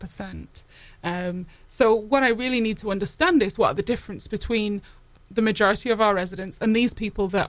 percent so what i really need to understand is why the difference between the majority of our residents and these people that